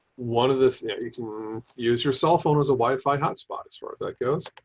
one of the things you can use your cell phone as a wi fi hotspot, as far as that goes.